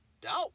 doubt